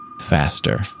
faster